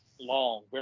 long